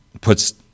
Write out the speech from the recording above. puts